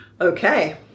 Okay